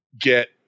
get